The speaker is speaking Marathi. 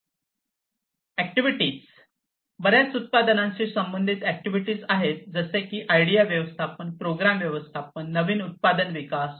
ऍक्टिव्हिटीज बर्याच उत्पादनांशी संबंधित ऍक्टिव्हिटीज आहेत जसे की आयडिया व्यवस्थापन प्रोग्राम व्यवस्थापन नवीन उत्पादन विकास